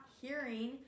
hearing